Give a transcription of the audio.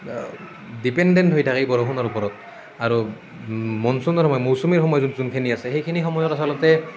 dependent হৈ থাকে এই বৰষুণৰ ওপৰত আৰু মনচুনৰ সময় মৌচুমীৰ সময় যোন যোনখিনি আছে সেইখিনি সময়ত আচলতে